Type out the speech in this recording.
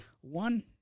One